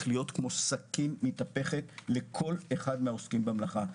להיות כמו סכין מתהפכת לכל אחד מן העוסקים במלאכה.